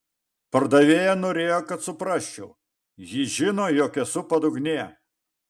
pardavėja norėjo kad suprasčiau ji žino jog esu padugnė